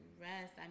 rest